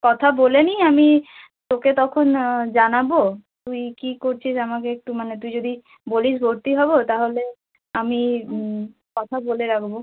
কথা বলে নিই আমি তোকে তখন জানাব তুই কী করছিস আমাকে একটু মানে তুই যদি বলিস ভর্তি হব তাহলে আমি কথা বলে রাখব